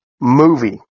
movie